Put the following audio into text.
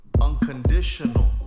unconditional